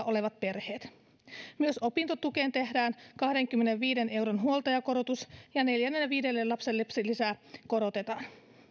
olevat perheet myös opintotukeen tehdään kahdenkymmenenviiden euron huoltajakorotus ja neljännen ja viidennen lapsen lapsilisää korotetaan